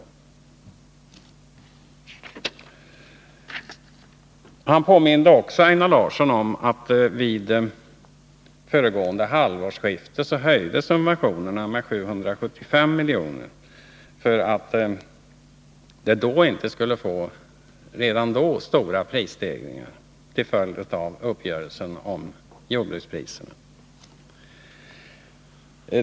Einar Larsson påminde också om att subventionerna vid föregående halvårsskifte höjdes med 775 miljoner för att det inte redan då skulle bli stora prisstegringar till följd av uppgörelsen om jordbrukspriserna.